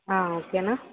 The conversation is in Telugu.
ఓకేనా